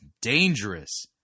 dangerous